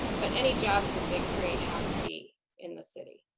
but any jobs but they create have to be in the city.